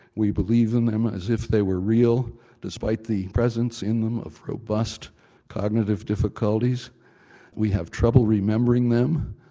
we believe in them as if they were real despite the presence in them of robust cognitive difficulties we have trouble remembering them,